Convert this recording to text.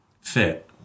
fit